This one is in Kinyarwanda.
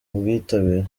ubwitabire